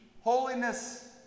holiness